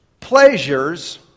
pleasures